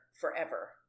forever